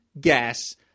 gas